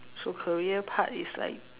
so career part is like